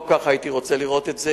לא כך הייתי רוצה לראות את זה,